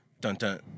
dun-dun